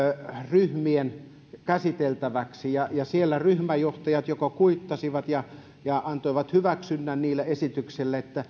ryhmien käsiteltäviksi ja siellä ryhmäjohtajat kuittasivat ja ja antoivat hyväksynnän niille esityksille